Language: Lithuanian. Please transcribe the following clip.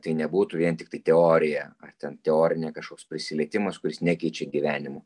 tai nebūtų vien tiktai teorija ar ten teorinė kažkoks prisilietimas kuris nekeičia gyvenimų